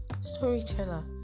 storyteller